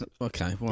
Okay